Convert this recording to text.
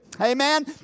amen